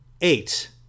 eight